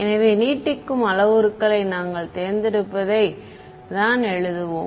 எனவே நீட்டிக்கும் அளவுருக்களை நாங்கள் தேர்ந்தெடுப்பதை தான் எழுதுவோம்